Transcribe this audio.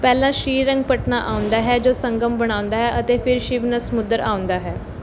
ਪਹਿਲਾਂ ਸ਼੍ਰੀਰੰਗਪਟਨਾ ਆਉਂਦਾ ਹੈ ਜੋ ਸੰਗਮ ਬਣਾਉਂਦਾ ਹੈ ਅਤੇ ਫਿਰ ਸ਼ਿਵਨਸਮੁਦਰ ਆਉਂਦਾ ਹੈ